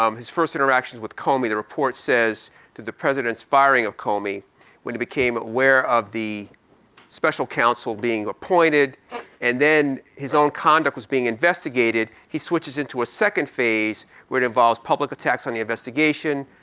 um his first interactions with comey, the report says that the president's firing of comey when he became aware of the special counsel being appointed and then his own conduct was being investigated, he switches into a second phase where it involves public attacks on the investigation,